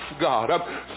God